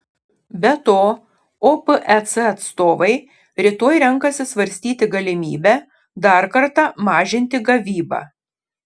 be to opec atstovai rytoj renkasi svarstyti galimybę dar kartą mažinti gavybą